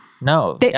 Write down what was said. no